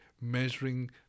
measuring